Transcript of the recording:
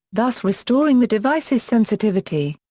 thus restoring the device's sensitivity.